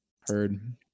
heard